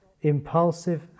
impulsive